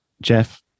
Jeff